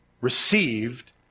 received